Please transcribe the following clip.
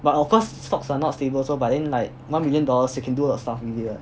but of course stocks are not stable so but then like one million dollars you can do a lot of stuff from here